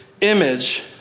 image